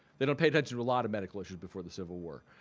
they don't pay attention to a lot of medical issues before the civil war.